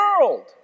world